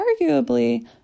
arguably